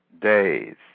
days